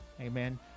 Amen